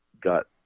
got